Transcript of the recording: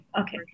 Okay